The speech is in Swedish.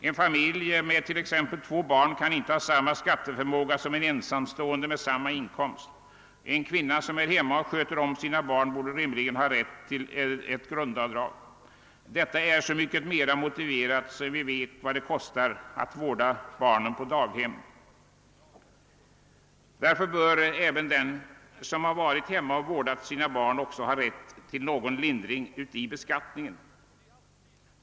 En familj med t.ex. två barn kan inte ha samma skatteförmåga som en ensamstående med samma inkomst. En kvinna som är hemma och sköter om sina barn borde rimligen ha rätt till ett grundavdrag. Detta är så mycket mer motiverat som vi vet vad det kostar att vårda barnen på barndaghem. Därför bör även den som har varit hemma och vårdat sina barn ha rätt till någon lindring i beskattningen.